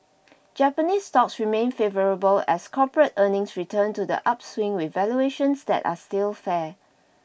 Japanese stocks remain favourable as corporate earnings return to the upswing with valuations that are still fair